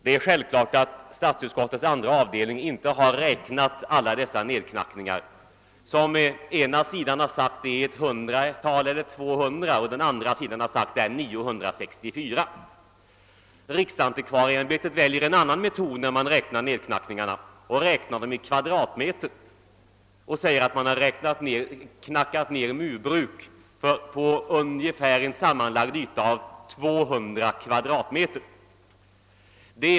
Det är självklart att statsutskottets andra avdelning inte har räknat alla nedknackningarna, som den ena sidan påstår uppgår till mellan 100 och 200 och den andra sidan påstår uppgår till 964. Riksantikvarieämbetet väljer en annan metod, nämligen att räkna dem i kvadratmeter, och säger att man knackat ned murbruk på en sammanlagd yta av 200 kvadratmeter.